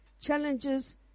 challenges